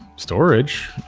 storage,